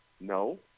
no